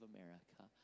America